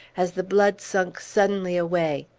as the blood sunk suddenly away.